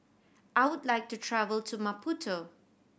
I would like to travel to Maputo